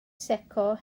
secco